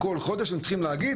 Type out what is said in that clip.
כל חודש הם צריכים להגיד,